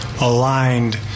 aligned